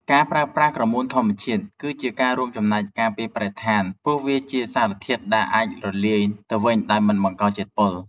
ការប្រើប្រាស់ក្រមួនធម្មជាតិគឺជាការរួមចំណែកការពារបរិស្ថាន ព្រោះវាជាសារធាតុដែលអាចរលាយទៅវិញដោយមិនបង្កជាតិពុល។